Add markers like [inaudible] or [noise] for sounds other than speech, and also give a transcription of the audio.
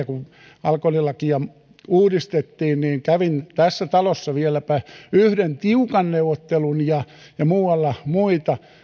[unintelligible] kun alkoholilakia uudistettiin kävin tässä talossa vieläpä yhden tiukan neuvottelun ja ja muualla muita